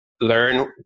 learn